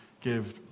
give